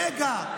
רגע.